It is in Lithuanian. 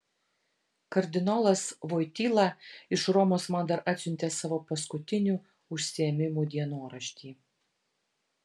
kardinolas voityla iš romos man dar atsiuntė savo paskutinių užsiėmimų dienoraštį